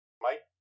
Mike